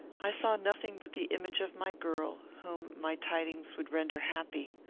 i saw nothing but the image of my girl, whom my tidings would render happy.